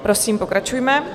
Prosím, pokračujme.